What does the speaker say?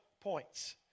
points